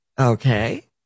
Okay